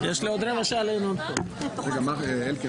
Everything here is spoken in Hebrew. של חה"כ גדעון